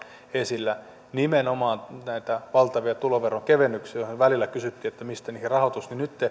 esillä nimenomaan näitä valtavia tuloveron kevennyksiä joista välillä kysyttiin että mistä niihin rahoitus niin nyt te